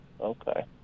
Okay